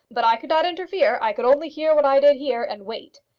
but i could not interfere. i could only hear what i did hear and wait.